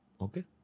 Okay